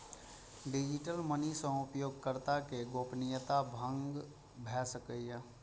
digital money सं उपयोगकर्ता के गोपनीयता भंग भए सकैए